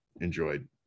enjoyed